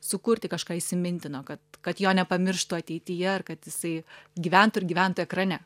sukurti kažką įsimintino kad kad jo nepamirštų ateityje ar kad jisai gyventų ir gyventų ekrane